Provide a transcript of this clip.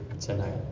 tonight